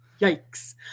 yikes